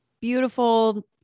beautiful